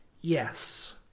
yes